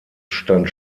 stand